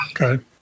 Okay